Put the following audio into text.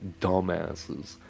dumbasses